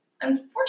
unfortunately